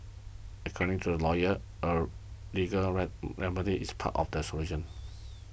according to the lawyers a legal red remedy is part of the solution